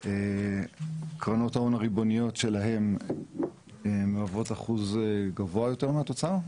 שקרנות ההון הריבוניות שלהן מהוות אחוז גבוה יותר מהתוצר.